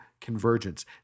convergence